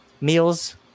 meals